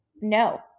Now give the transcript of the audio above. No